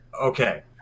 Okay